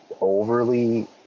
overly